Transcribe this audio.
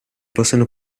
possono